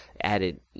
added